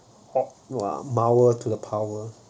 no ah mower to the power